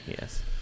Yes